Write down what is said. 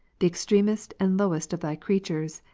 the extremest and lowest of thy creatures,